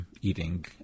eating